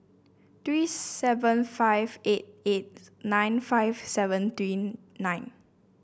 three seven five eight eight nine five seven three nine